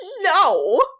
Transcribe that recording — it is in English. no